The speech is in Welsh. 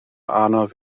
anodd